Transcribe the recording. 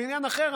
זה עניין אחר,